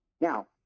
Now